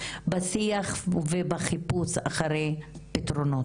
בשיח ובחיפוש אחרי פתרונות.